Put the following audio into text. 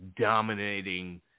dominating